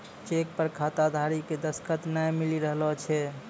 cheque पर खाताधारी के दसखत नाय मिली रहलो छै